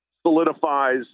solidifies